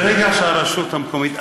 ברגע שהרשות המקומית,